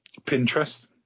pinterest